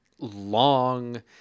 long